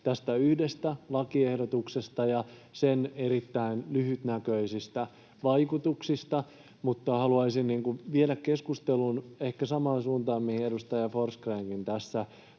tästä yhdestä lakiehdotuksesta ja sen erittäin lyhytnäköisistä vaikutuksista, mutta haluaisin viedä keskustelun ehkä samaan suuntaan, minkä edustaja Forsgrénkin tässä